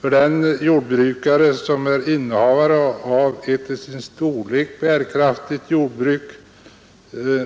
För den jordbrukare som är innehavare av ett till sin storlek bärkraftigt jordbruk